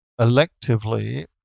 electively